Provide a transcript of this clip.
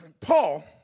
Paul